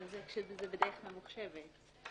זה כשזה בדרך ממוחשבת.